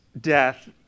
death